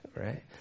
right